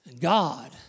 God